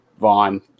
Vaughn